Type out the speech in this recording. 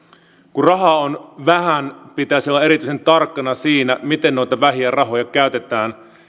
kun rahaa on vähän pitäisi olla erityisen tarkkana siinä miten noita vähiä rahoja käytetään